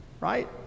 right